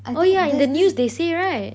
I think there's this